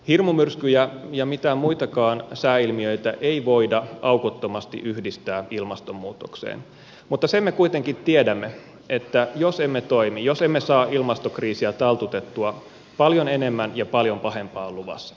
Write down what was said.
hirmumyrskyjä ja mitään muitakaan sääilmiöitä ei voida aukottomasti yhdistää ilmastonmuutokseen mutta sen me kuitenkin tiedämme että jos emme toimi jos emme saa ilmastokriisiä taltutettua paljon enemmän ja paljon pahempaa on luvassa